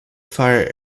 fire